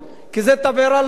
כי זה תבערה לא קטנה,